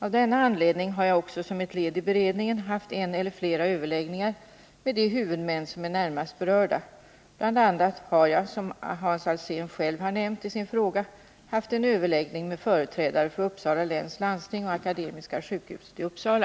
Av denna anledning har jag också som ett led i beredningen haft en eller flera överläggningar med de huvudmän som är närmast berörda. Bl. a. har jag, som Hans Alsén själv har nämnt i sin fråga, haft en överläggning med företrädare för Uppsala läns landsting och Akademiska sjukhuset i Uppsala.